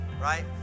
right